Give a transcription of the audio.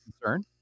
concern